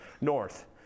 north